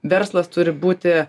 verslas turi būti